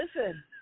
Listen